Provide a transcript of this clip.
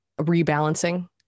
rebalancing